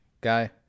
guy